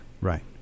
Right